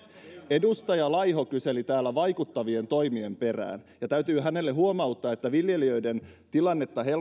edustaja laiho kyseli täällä vaikuttavien toimien perään ja täytyy hänelle huomauttaa että hallitushan on viljelijöiden tilannetta